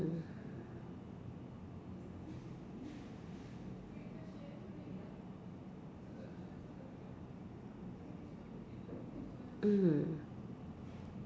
mm